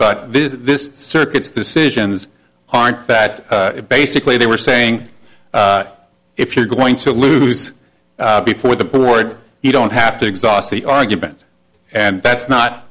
but this circuits decisions aren't bad basically they were saying if you're going to lose before the board you don't have to exhaust the argument and that's not